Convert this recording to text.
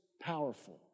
powerful